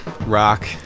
Rock